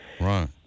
Right